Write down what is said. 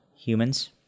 humans